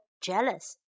jealous